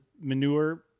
manure